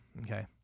Okay